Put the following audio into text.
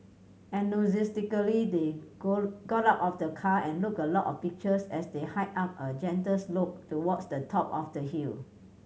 enthusiastically they go got out of the car and took a lot of pictures as they hiked up a gentle slope towards the top of the hill